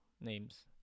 names